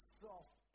soft